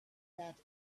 that